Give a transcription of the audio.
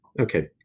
Okay